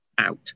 out